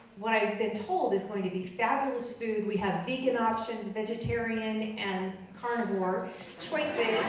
what i've been told is going to be fabulous food. we have vegan options, vegetarian and carnivore choices.